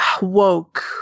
woke